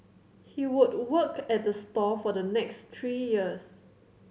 he would work at the store for the next three years